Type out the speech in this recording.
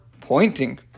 pointing